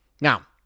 Now